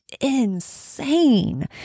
insane